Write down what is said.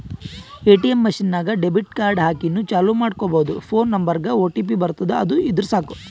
ATM machine ನಾಗ್ debit card ಹಾಕಿನೂ ಚಾಲೂ ಮಾಡ್ಕೊಬೋದು ಫೋನ್ ನಂಬರ್ಗ್ ಒಟಿಪಿ ಬರ್ತುದ್ ಅದು ಇದ್ದುರ್ ಸಾಕು